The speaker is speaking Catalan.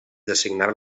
designar